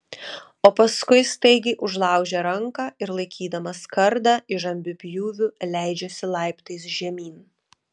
o paskui staigiai užlaužia ranką ir laikydamas kardą įžambiu pjūviu leidžiasi laiptais žemyn